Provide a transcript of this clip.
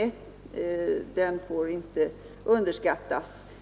De svårigheterna får inte underskattas.